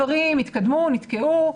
שהיו דברים שהתקדמו, נתקעו.